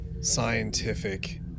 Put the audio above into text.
scientific